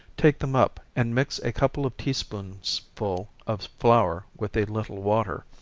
take them up, and mix a couple of tea spoonsful of flour with a little water,